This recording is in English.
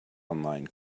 online